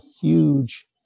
huge